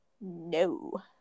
no